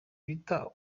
bita